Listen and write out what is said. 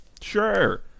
Sure